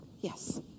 Yes